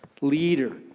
leader